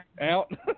out